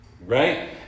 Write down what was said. Right